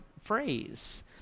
phrase